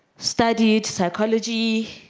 studied psychology